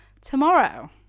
tomorrow